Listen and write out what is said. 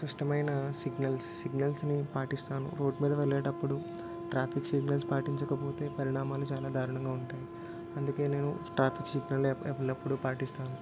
సుష్టమైన signals సిగ్నల్స్ని పాటిస్తాను route మీద వెళ్ళేటప్పుడు ట్రాఫిక్ సిగ్నల్స్ పాటించకపోతే పరిణామాలు చాలా దారుణంగా ఉంటాయి అందుకే నేను స్టాఫిక్ సిగ్నల్ ఎప్ ఎల్లప్పుడూ పాటిస్తాను